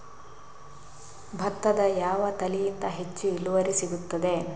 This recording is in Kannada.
ಭತ್ತದ ಯಾವ ತಳಿಯಿಂದ ಹೆಚ್ಚು ಇಳುವರಿ ಸಿಗುತ್ತದೆ?